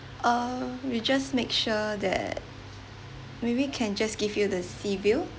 err we just make sure that maybe can just give you the sea view